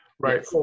Right